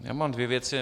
Já mám dvě věci.